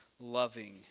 loving